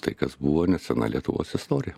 tai kas buvo nesena lietuvos istorija